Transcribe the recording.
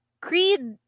Creed